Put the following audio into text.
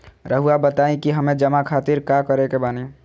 रहुआ बताइं कि हमें जमा खातिर का करे के बानी?